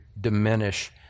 diminish